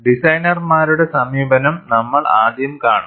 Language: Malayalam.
ഡിസൈനർമാരുടെ സമീപനം നമ്മൾ ആദ്യം കാണും